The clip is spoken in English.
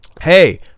hey